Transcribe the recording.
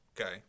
Okay